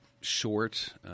short